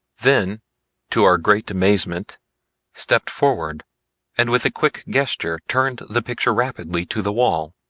then to our great amazement stepped forward and with a quick gesture turned the picture rapidly to the wall,